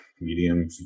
medium